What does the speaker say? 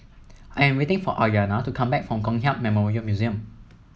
I am waiting for Aryana to come back from Kong Hiap Memorial Museum